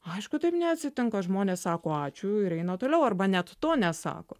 aišku taip neatsitinka žmonės sako ačiū ir eina toliau arba net to nesako